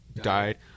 died